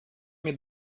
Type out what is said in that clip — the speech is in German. mit